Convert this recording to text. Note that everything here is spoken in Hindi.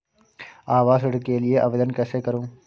आवास ऋण के लिए आवेदन कैसे करुँ?